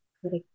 Correct